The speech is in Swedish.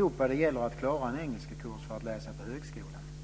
upp när det gällde att klara en kurs i engelska för att kunna läsa på högskolan.